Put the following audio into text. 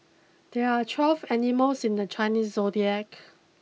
there are twelve animals in the Chinese zodiac